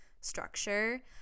structure